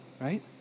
right